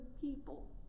people